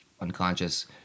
unconscious